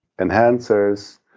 enhancers